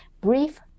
brief